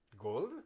Gold